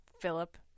Philip